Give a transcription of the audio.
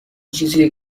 چیزیه